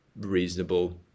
reasonable